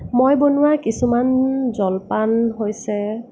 মই বনোৱা কিছুমান জলপান হৈছে